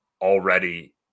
already